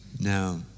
Now